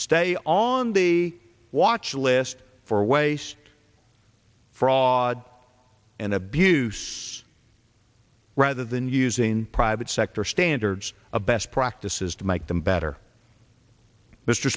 stay on the watch list for waste fraud and abuse rather than using private sector standards of best practices to make them better mr